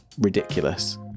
ridiculous